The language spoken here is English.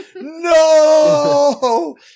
No